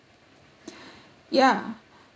ya